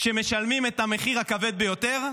שמשלמים את המחיר הכבד ביותר,